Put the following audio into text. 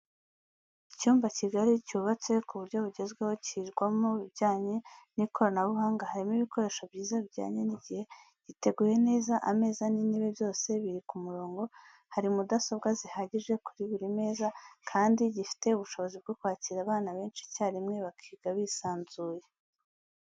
Icyumba kigari cyubatse ku buryo bwugezweho kigirwamo ibijyanye n'ikoranabuhanga harimo ibikoresho byiza bijyanye n'igihe, giteguye neza ameza n'intebe byose biri ku murongo ,hari mudasobwa zihagije kuri buri meza kandi gifite ubushobozi bwo kwakira abana benshi icyarimwe bakiga bisanzuye.